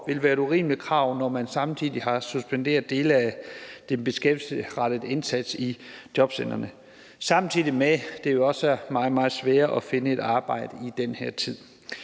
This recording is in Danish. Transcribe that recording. vil være et urimeligt krav, når man samtidig har suspenderet dele af den beskæftigelsesrettede indsats i jobcentrene, samtidig med at det også er meget, meget sværere at finde et arbejde i den her tid.